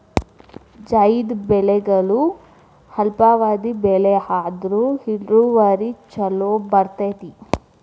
ಝೈದ್ ಬೆಳೆಗಳು ಅಲ್ಪಾವಧಿ ಬೆಳೆ ಆದ್ರು ಇಳುವರಿ ಚುಲೋ ಬರ್ತೈತಿ